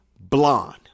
Blonde